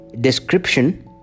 description